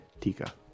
Tika